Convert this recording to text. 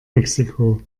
mexiko